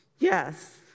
Yes